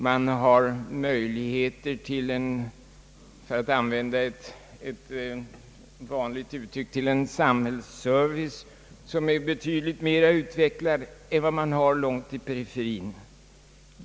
Man har möjligheter till en — för att använda ett vanligt uttryck — samhällsservice som är betydligt mera utvecklad än den som förekommer i periferien.